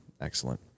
Excellent